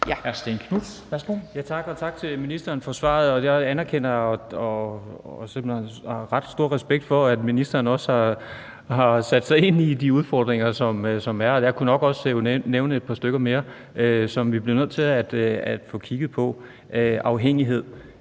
13:45 Stén Knuth (V): Tak, og tak til ministeren for svaret. Jeg anerkender og har stor respekt for, at ministeren har sat sig ind i de udfordringer, der er. Jeg kunne nok også nævne et par stykker mere, som vi bliver nødt til at få kigget på – afhængighed;